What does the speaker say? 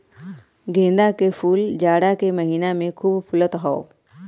गेंदा के फूल जाड़ा के महिना में खूब फुलत हौ